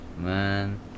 Man